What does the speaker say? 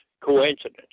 coincidence